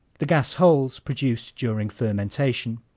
the gas holes produced during fermentation.